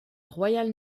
royal